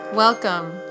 Welcome